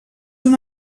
una